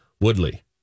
Woodley